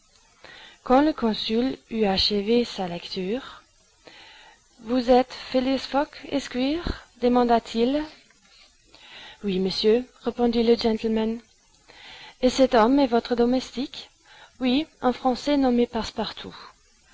quand le consul eut achevé sa lecture vous êtes phileas fogg esquire demanda-t-il oui monsieur répondit le gentleman et cet homme est votre domestique oui un français nommé passepartout